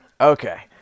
okay